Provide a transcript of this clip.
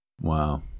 wow